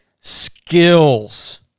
skills